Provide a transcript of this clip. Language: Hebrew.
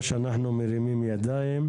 לא שאנחנו מרימים ידיים.